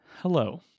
Hello